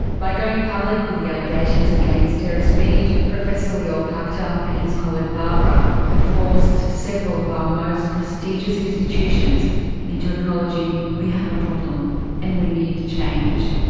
by going public with the allegations against terry speed, lior pachter and his colleague barbara have forced several of our most prestigious institutions into acknowledging we have a problem and we need change.